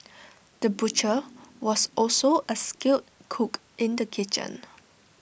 the butcher was also A skilled cook in the kitchen